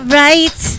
right